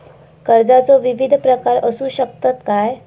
कर्जाचो विविध प्रकार असु शकतत काय?